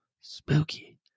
Spooky